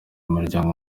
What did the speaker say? umuryango